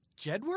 Jedward